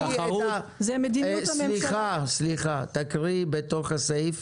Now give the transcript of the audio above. זה מדיניות הממשלה -- סליחה, תקריאי בתוך הסעיף